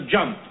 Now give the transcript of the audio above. Jump